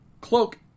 Cloak